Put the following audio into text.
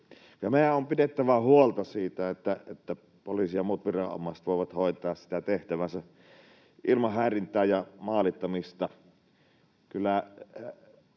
Meidän on pidettävä huolta siitä, että poliisi ja muut viranomaiset voivat hoitaa sitä tehtäväänsä ilman häirintää ja maalittamista.